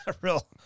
real